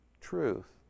Truth